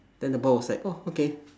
then the boy was like oh okay